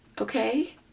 Okay